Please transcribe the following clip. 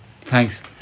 Thanks